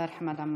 השר חמד עמאר.